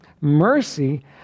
mercy